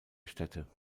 stätte